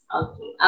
okay